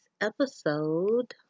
episode